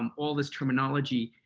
um all this terminology.